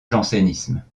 jansénisme